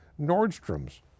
Nordstrom's